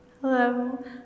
Hello